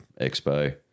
Expo